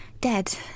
dead